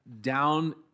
down